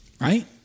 right